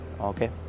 okay